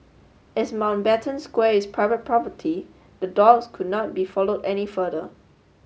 as Mountbatten Square is private property the dogs could not be followed any further